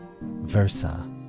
Versa